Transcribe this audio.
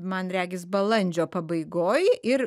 man regis balandžio pabaigoj ir